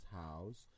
house